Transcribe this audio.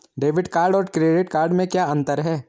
Debit card और credit card में क्या अंतर है?